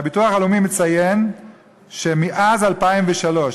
הביטוח הלאומי מציין שמאז 2003,